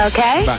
Okay